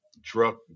drug